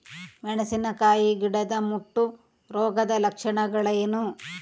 ಮೆಣಸಿನಕಾಯಿ ಗಿಡದ ಮುಟ್ಟು ರೋಗದ ಲಕ್ಷಣಗಳೇನು?